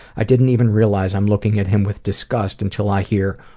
i didn't even realize i am looking at him with disgust until i hear,